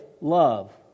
love